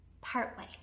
partway